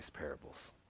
Parables